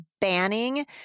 banning